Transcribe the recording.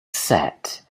set